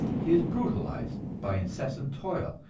he is brutalized by incessant toil,